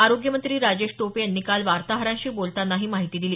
आरोग्यमंत्री राजेश टोपे यांनी काल वार्ताहरांशी बोलतांना ही माहिती दिली